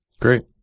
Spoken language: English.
Great